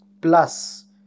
plus